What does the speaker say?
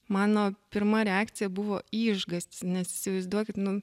mano pirma reakcija buvo išgąstis ne įsivaizduokit nu